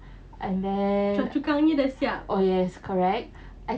choa chu kang nya dah siap